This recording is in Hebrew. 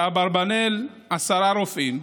באברבנאל, עשרה רופאים,